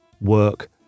work